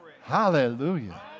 Hallelujah